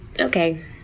Okay